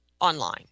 online